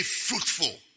fruitful